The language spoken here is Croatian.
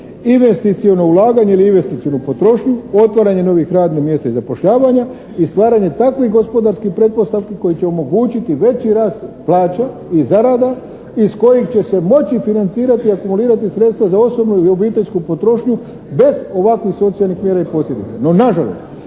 investiciono ulaganje ili investicionu potrošnju, otvaranje novih radnih mjesta i zapošljavanja i stvaranja takvih gospodarskih pretpostavki koje će omogućiti veći rast plaća i zarada iz kojih će se moći financirati i akumulirati sredstva za osobnu ili obiteljsku potrošnju bez ovakvih socijalnih mjera i posljedica.